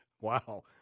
Wow